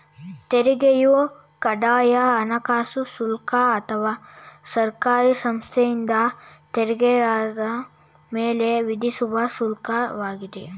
ತೆರಿಗೆಯು ಕಡ್ಡಾಯ ಹಣಕಾಸು ಶುಲ್ಕ ಅಥವಾ ಸರ್ಕಾರಿ ಸಂಸ್ಥೆಯಿಂದ ತೆರಿಗೆದಾರರ ಮೇಲೆ ವಿಧಿಸುವ ಶುಲ್ಕ ವಾಗಿದೆ